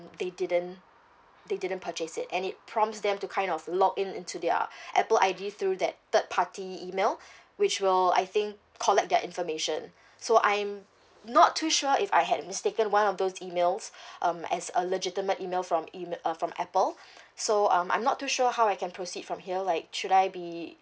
they didn't they didn't purchase it and it prompts them to kind of log in into their apple I_D through that third party email which will I think collect their information so I'm not too sure if I had mistaken one of those emails um as a legitimate email from em~ uh from apple so um I'm not too sure how I can proceed from here like should I be